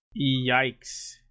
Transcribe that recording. Yikes